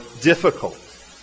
difficult